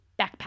backpack